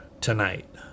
tonight